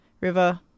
River